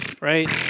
right